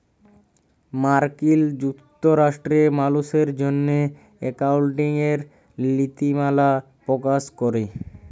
মার্কিল যুক্তরাষ্ট্রে মালুসের জ্যনহে একাউল্টিংয়ের লিতিমালা পকাশ ক্যরে